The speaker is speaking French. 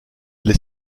les